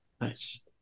Nice